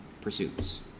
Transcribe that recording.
pursuits